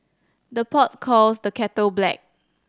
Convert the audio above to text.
the pot calls the kettle black